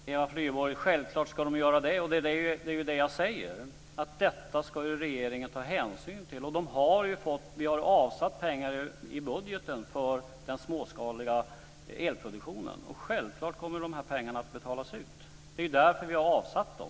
Fru talman! Eva Flyborg, självklart ska den göra det, och det är ju det jag säger: Detta ska regeringen ta hänsyn till. Och vi har avsatt pengar i budgeten för den småskaliga elproduktionen. Självklart kommer de här pengarna att betalas ut. Det är ju därför vi har avsatt dem!